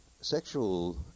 sexual